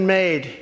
made